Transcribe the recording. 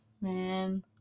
Man